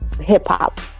hip-hop